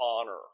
honor